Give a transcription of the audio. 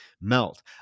melt